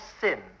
sin